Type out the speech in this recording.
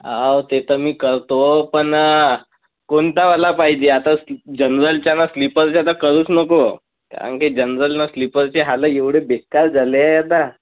हो ते तर मी करतो पण कोणतावाला पाहिजे आता जनरलचा ना स्लिपरचा तर करूच नको कारण की जनरल नं स्लिपरचे हालं एवढे बेकार झाले आता